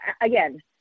again